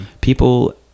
people